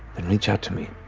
then reach out to me.